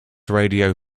radio